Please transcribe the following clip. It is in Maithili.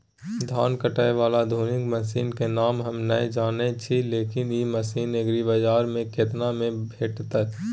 धान काटय बाला आधुनिक मसीन के नाम हम नय जानय छी, लेकिन इ मसीन एग्रीबाजार में केतना में भेटत?